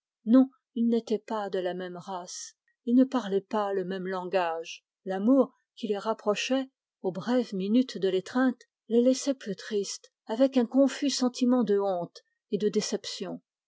ils n'étaient pas de la même race ils ne parlaient pas le même langage l'amour qui les rapprochait aux brèves minutes de l'étreinte les laissait plus tristes avec un sentiment de honte et de déception